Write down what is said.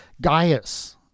gaius